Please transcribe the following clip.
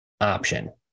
option